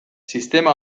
sistema